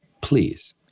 please